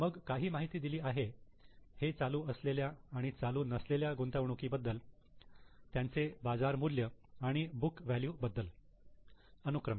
मग काही माहिती दिली आहे हे चालू असलेल्या आणि चालू नसलेल्या गुंतवणुकीबद्दल त्यांचे बाजार मूल्य आणि बुक व्हॅल्यू बद्दल अनुक्रमे